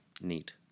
neat